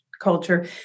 culture